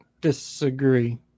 Disagree